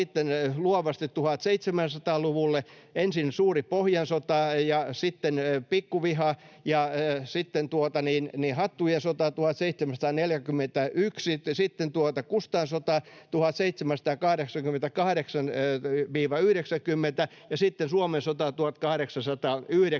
luovasti 1700-luvulle: ensin suuri Pohjan sota ja sitten pikkuviha, sitten hattujen sota 1741, sitten Kustaan sota 1788—1790, ja sitten Suomen sota 1809.